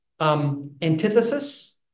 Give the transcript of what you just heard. antithesis